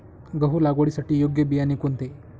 गहू लागवडीसाठी योग्य बियाणे कोणते?